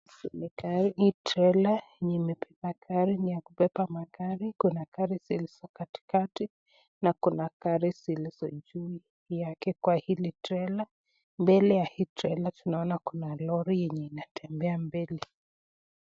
Ni trela yenye imebeba gari ni ya kubeba magari, kuna gari zilizo katikati na kuna gari zilizo juu yake kwa hili trela, mbele ya hii trela tunaona lori yenye inatembea mbele.